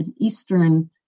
Eastern